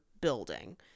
building